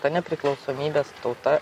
ta nepriklausomybės tauta